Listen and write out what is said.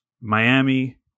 Miami